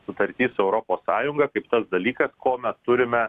sutarty su europos sąjunga kaip tas dalykas ko mes turime